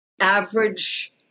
average